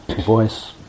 voice